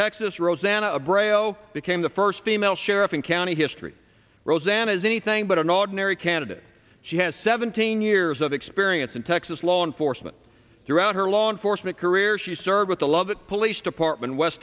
texas rosanna brail became the first female sheriff in county history roseanne is anything but an ordinary candidate she has seventeen years of experience in texas law enforcement throughout her law enforcement career she served with the love that police department in west